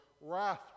wrath